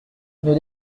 nos